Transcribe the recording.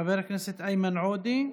חבר הכנסת איימן עודה,